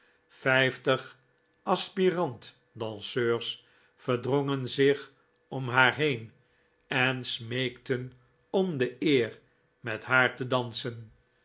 vijftig adspirant danseurs verdrongen zich om haar heen en smeekten om de eer met haar te dansen